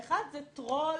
האחד זה טרול